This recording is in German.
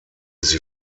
sie